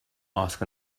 asked